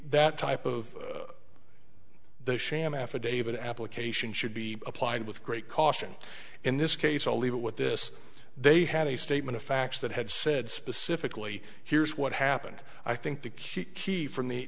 that type of the sham affidavit application should be applied with great caution in this case i'll leave it with this they had a statement of facts that had said specifically here's what happened i think the